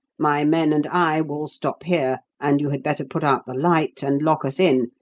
my men and i will stop here, and you had better put out the light and lock us in,